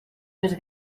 més